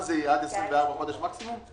זה יהיה עד 24 חודש מקסימום?